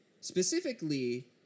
Specifically